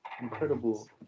Incredible